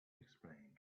explain